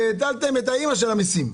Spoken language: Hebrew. ואז תטילו את האימא של המיסים.